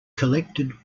collected